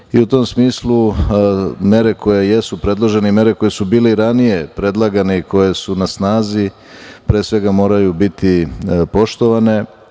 tom smislu mere koje jesu predložene i mere koje su bile i ranije predlagane i koje su na snazi pre svega moraju biti poštovane.